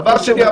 דבר שני,